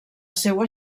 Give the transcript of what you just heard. seua